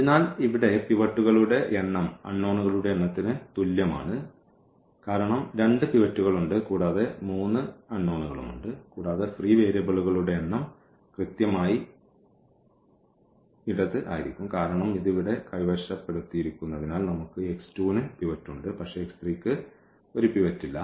അതിനാൽ ഇവിടെ പിവോട്ടുകളുടെ എണ്ണം അൺനോണുകളുടെ എണ്ണത്തിന് തുല്യമാണ് കാരണം രണ്ട് പിവറ്റുകളുണ്ട് കൂടാതെ മൂന്ന് അൺനോണുകളുമുണ്ട് കൂടാതെ ഫ്രീ വേരിയബിളുകളുടെ എണ്ണം കൃത്യമായി ഇടത് ആയിരിക്കും കാരണം ഇത് ഇവിടെ കൈവശപ്പെടുത്തിയിരിക്കുന്നതിനാൽ നമുക്ക് ന് പിവറ്റ് ഉണ്ട് പക്ഷേ ക്ക് ഒരു പിവറ്റ് ഇല്ല